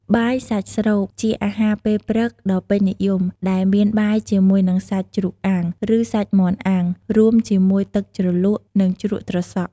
បាយសាច់ស្រូប ជាអាហារពេលព្រឹកដ៏ពេញនិយម ដែលមានបាយជាមួយនឹងសាច់ជ្រូកអាំង ឬ សាច់មាន់អាំង រួមជាមួយទឹកជ្រលក់ និងជ្រក់ត្រសក់។